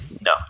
No